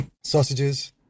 Sausages